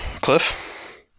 Cliff